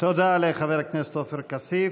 תודה לחבר הכנסת עופר כסיף.